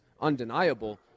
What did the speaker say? undeniable